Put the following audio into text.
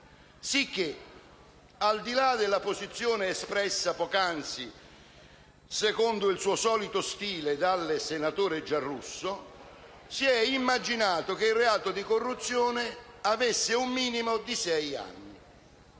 Sicché, al di là della posizione espressa poc'anzi, secondo il suo solito stile, dal senatore Giarrusso, si è immaginato che il reato di corruzione avesse un minimo di sei anni.